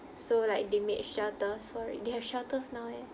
so like they made shelters for it they have shelters now eh